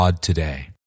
today